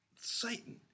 Satan